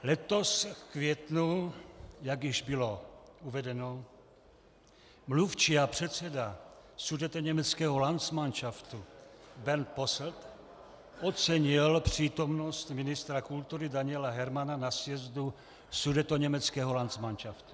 Letos v květnu, jak již bylo uvedeno, mluvčí a předseda sudetoněmeckého landsmanšaftu Bernd Posselt ocenil přítomnost ministra kultury Daniela Hermana na sjezdu sudetoněmeckého landsmanšaftu.